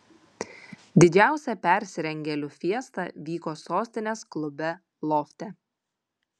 didžiausia persirengėlių fiesta vyko sostinės klube lofte